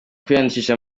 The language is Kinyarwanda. kwiyandikisha